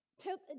Took